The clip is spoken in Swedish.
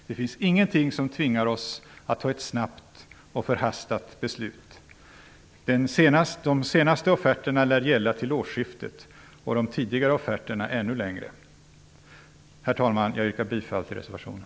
Det finns ingenting som tvingar oss att fatta ett snabbt och förhastat beslut. De senaste offerterna lär gälla till årsskiftet och de tidigare offerterna ännu längre. Herr talman! Jag yrkar bifall till reservationen.